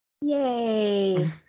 Yay